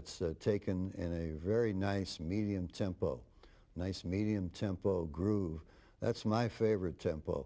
it's taken in a very nice medium tempo nice medium tempo groove that's my favorite tempo